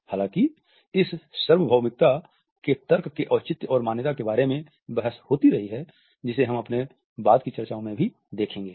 हालाँकि इस सार्वभौमिकता के तर्क के औचित्य और मान्यता के बारे में बहस होती रही है जिसे हम अपने बाद की चर्चाओं में भी देखेंगे